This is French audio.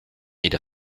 ils